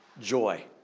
joy